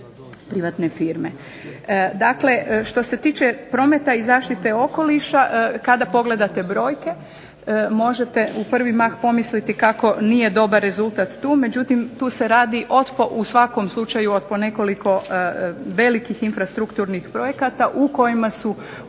privatne firme. Dakle, što se tiče prometa i zaštite okoliša, kada pogledate brojke možete u prvi mah pomisliti kako nije dobar rezultat tu, međutim tu se radi od u svakom slučaju po nekoliko infrastrukturnih projekata u kojima su ugovaranja